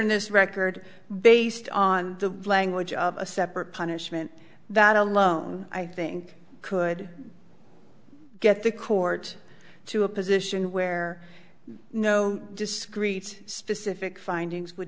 in this record based on the language of a separate punishment that alone i think could get the court to a position where no discrete specific findings would